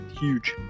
Huge